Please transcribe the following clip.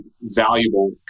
valuable